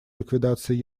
ликвидации